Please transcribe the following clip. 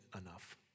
enough